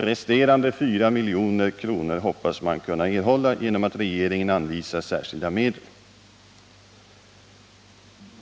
Resterande 4 milj.kr. hoppas man kunna erhålla genom att regeringen anvisar särskilda medel.